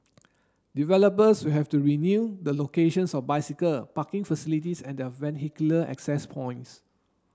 developers will have to review the locations of bicycle parking facilities and their vehicular access points